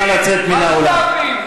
נא לצאת מן האולם.